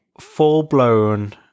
full-blown